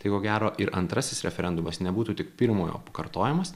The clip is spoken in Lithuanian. tai ko gero ir antrasis referendumas nebūtų tik pirmojo kartojimas